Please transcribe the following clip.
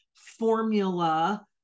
Formula